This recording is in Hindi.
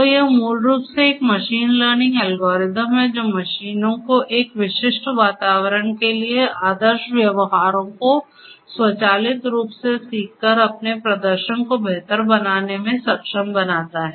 तो यह मूल रूप से एक मशीन लर्निंग एल्गोरिदम है जो मशीनों को एक विशिष्ट वातावरण के लिए आदर्श व्यवहारों को स्वचालित रूप से सीखकर अपने प्रदर्शन को बेहतर बनाने में सक्षम बनाता है